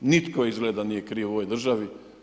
Nitko izgleda nije kriv u ovoj državi.